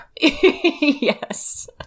Yes